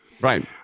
right